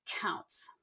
counts